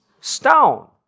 Stone